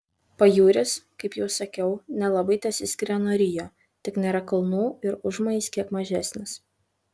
pajūris kaip jau sakiau nelabai tesiskiria nuo rio tik nėra kalnų ir užmojis kiek mažesnis